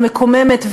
המקוממת,